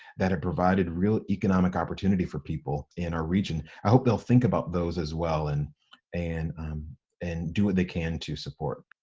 that have provided real economic opportunity for people, in our region. i hope they'll think about those as well, and and um and do what they can to support.